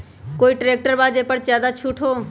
कोइ ट्रैक्टर बा जे पर ज्यादा छूट हो?